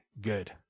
good